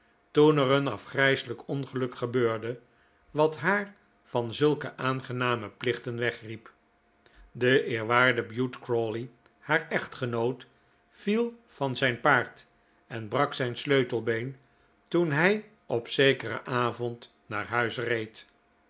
toen er een afgrijselijk ongeluk gebeurde wat haar van zulke aangename plichten wegriep de eerwaarde bute crawley haar echtgenoot viel van zijn paard en brak zijn sleutelbeen toen hij op zekeren avond naar huis reed